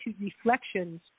reflections